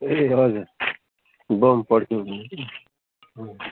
ए हजुर बम पड्कियो भन्यो कि